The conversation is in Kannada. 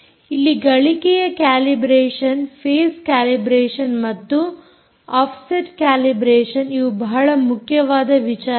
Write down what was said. ಇಲ್ಲಿ ಗಳಿಕೆಯ ಕ್ಯಾಲಿಬ್ರೇಷನ್ ಫೇಸ್ ಕ್ಯಾಲಿಬ್ರೇಷನ್ ಮತ್ತು ಆಫ್ಸೆಟ್ ಕ್ಯಾಲಿಬ್ರೇಷನ್ ಇವು ಬಹಳ ಮುಖ್ಯವಾದ ವಿಚಾರಗಳು